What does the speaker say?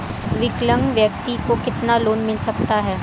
विकलांग व्यक्ति को कितना लोंन मिल सकता है?